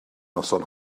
noson